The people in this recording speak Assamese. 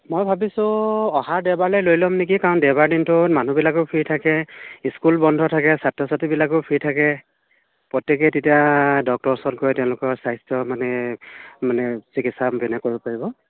মই ভাবিছোঁ অহা দেওবাৰলৈ লৈ ল'ম নেকি কাৰণ দেওবাৰ দিনটোত মানুহবিলাকো ফ্ৰী থাকে স্কুল বন্ধ থাকে ছাত্ৰ ছাত্ৰীবিলাকো ফ্ৰী থাকে প্ৰত্যেকে তেতিয়া ডক্তৰৰ ওচৰত গৈ তেতিয়া তেওঁলোকৰ স্বাস্থ্য মানে মানে চিকিৎসাবিলাক কৰিব পাৰিব